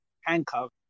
handcuffed